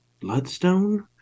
bloodstone